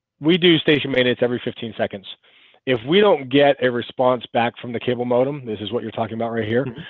we do station minutes every fifteen seconds if we don't get a response back from the cable modem this is what you're talking right here